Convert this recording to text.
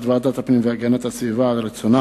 הודעת ועדת הפנים והגנת הסביבה על רצונה